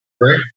right